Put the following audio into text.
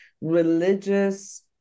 religious